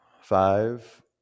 Five